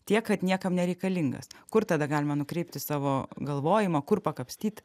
tiek kad niekam nereikalingas kur tada galima nukreipti savo galvojimą kur pakapstyt